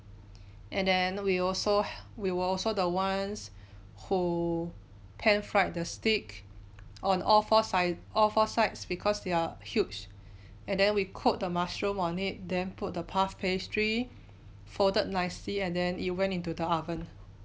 and then we also we were also the ones who pan fried the steak on all four sides of our sides because they are huge and then we cook the mushroom on it then put the puff pastry fold it nicely and then it went into the oven